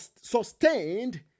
sustained